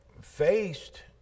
faced